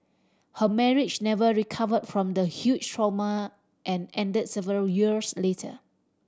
her marriage never recover from the huge trauma and ended several years later